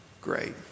great